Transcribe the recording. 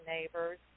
neighbors